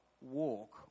walk